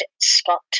Scott